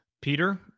Peter